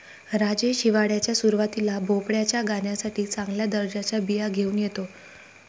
राजेश हिवाळ्याच्या सुरुवातीला भोपळ्याच्या गाण्यासाठी चांगल्या दर्जाच्या बिया घेऊन येतो